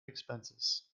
expenses